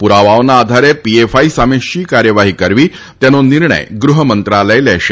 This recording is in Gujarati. પુરાવાઓના આધારે પીએફઆઈ સામે શી કાર્યવાહી કરવી તેનો નિર્ણય ગૃહ્ મંત્રાલય લેશે